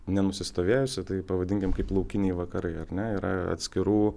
nenusistovėjusi tai pavadinkime kaip laukiniai vakarai ar ne yra atskirų